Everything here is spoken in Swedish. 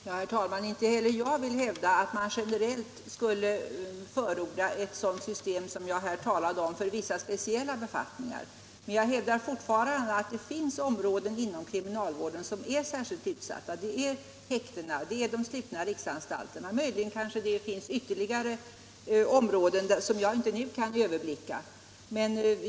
Herr talman! Inte heller jag vill hävda att man skulle behöva generellt förorda ett sådant system som det jag här talade om för vissa speciella befattningar. Men jag hävdar fortfarande att det finns områden inom kriminalvården som är särskilt utsatta — det är häktena och de slutna riksanstalterna, och möjligen kanske det finns ytterligare områden som jag inte nu kan överblicka.